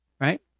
right